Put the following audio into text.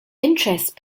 interest